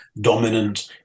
dominant